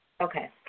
Okay